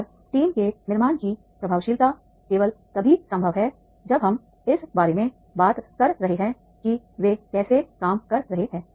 और टीम के निर्माण की प्रभावशीलता केवल तभी संभव है जब हम इस बारे में बात कर रहे हैं कि वे कैसे काम कर रहे हैं